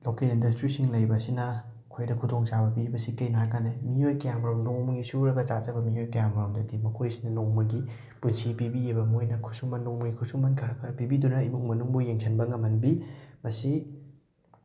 local ꯏꯟꯗꯁꯇ꯭ꯔꯤꯁꯤꯡ ꯂꯩꯔꯤꯕ ꯑꯁꯤꯅ ꯑꯩꯈꯣꯏꯗ ꯈꯨꯗꯣꯡꯆꯥꯕ ꯄꯤꯕꯁꯤ ꯀꯩꯅꯣ ꯍꯥꯏꯔꯀꯥꯟꯗ ꯃꯤꯑꯣꯏ ꯀꯌꯥꯃꯔꯨꯝ ꯅꯣꯡꯃꯒꯤ ꯁꯨꯔꯒ ꯆꯥꯖꯕ ꯃꯤꯑꯣꯏ ꯀꯌꯥꯃꯔꯨꯝꯗꯗꯤ ꯃꯈꯣꯏꯁꯤꯅ ꯅꯣꯡꯃꯒꯤ ꯄꯨꯟꯁꯤ ꯄꯤꯕꯤꯌꯦꯕ ꯃꯣꯏꯅ ꯈꯨꯠꯁꯨꯃꯟ ꯅꯣꯡꯃꯒꯤ ꯈꯨꯠꯁꯨꯃꯟ ꯈꯔ ꯈꯔ ꯄꯤꯕꯤꯗꯨꯅ ꯏꯃꯨꯡ ꯃꯅꯨꯡꯕꯨ ꯌꯦꯡꯁꯤꯟꯕ ꯉꯝꯍꯟꯕꯤ ꯃꯁꯤ